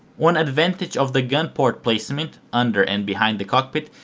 one advantage of the gun port placement, under and behind the cockpit,